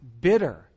bitter